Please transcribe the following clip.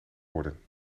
worden